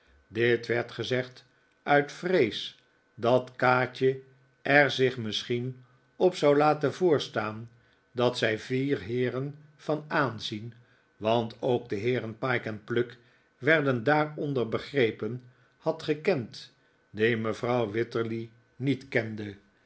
dit werd gezegd uit vrees dat kaatje er zich misschien op zou laten voorstaan dat zij vier heeren van aanzien want ook de heeren pyke en pluck werden daaronder begrepen had gekend die mevrouw wititterly niet kende